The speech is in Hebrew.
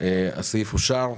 הצבעה אושר הסעיף אושר.